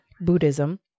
Buddhism